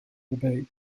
debate